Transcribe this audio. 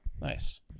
nice